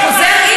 אתה חוזר,